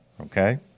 Okay